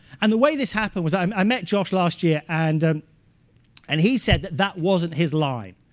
and the way this happened was i met josh last year, and um and he said that that wasn't his line.